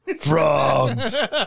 Frogs